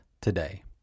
today